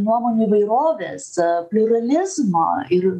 nuomonių įvairovės pliuralizmo ir